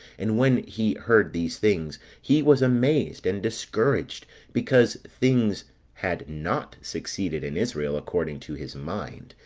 and when he heard these things, he was amazed and discouraged because things had not succeeded in israel according to his mind,